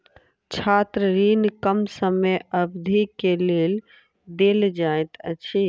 छात्र ऋण कम समय अवधि के लेल देल जाइत अछि